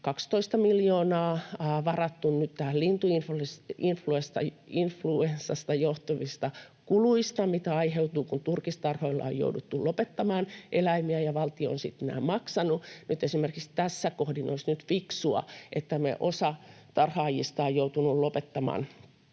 12 miljoonaa varattu lintuinfluenssasta johtuviin kuluihin, mitä aiheutuu, kun turkistarhoilla on jouduttu lopettamaan eläimiä, ja valtio on sitten nämä maksanut. Nyt esimerkiksi tässä kohdin olisi ollut fiksua, että kun osa tarhaajista on joutunut lopettamaan